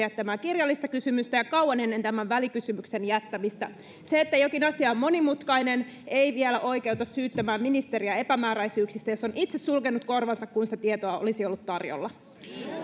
jättämää kirjallista kysymystä ja kauan ennen tämän välikysymyksen jättämistä se että jokin asia on monimutkainen ei vielä oikeuta syyttämään ministeriä epämääräisyyksistä jos on itse sulkenut korvansa kun sitä tietoa olisi ollut tarjolla